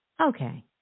Okay